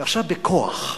ועכשיו, בכוח.